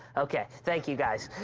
okay, thank you guys.